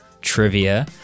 trivia